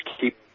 keep